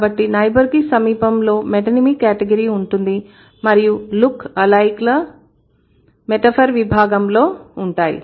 కాబట్టి నైబర్ కి సమీపంలో మెటోనిమి కేటగిరీ ఉంటుంది మరియు లుక్ అలైక్లు మెటాఫర్ విభాగంలో ఉంటాయి